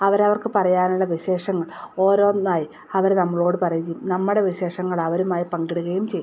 അവരവർക്ക് പറയാനുള്ള വിശേഷങ്ങൾ ഓരോന്നായി അവരു നമ്മളോട് പറയുകയും നമ്മുടെ വിശേഷങ്ങൾ അവരുമായി പങ്കിടുകയും ചെയ്യും